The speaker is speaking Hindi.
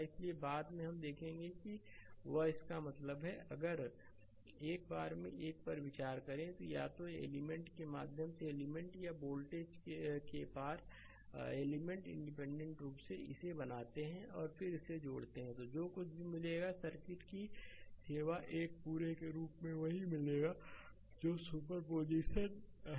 इसलिए बाद में हम देखेंगे और वह इसका मतलब है अगर एक बार में एक पर विचार करें तो या तो एलिमेंट के माध्यम से एलिमेंट या वोल्टेज के पार एलिमेंट इंडिपेंडेंट रूप से इसे बनाते हैं और फिर इसे जोड़ते हैं जो कुछ भी मिलेगा सर्किट की सेवा एक पूरे के रूप में वही मिलेगा जो सुपर पोजिशन है